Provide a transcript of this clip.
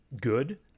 good